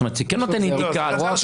שנותן מענה חלקי.